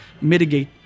mitigate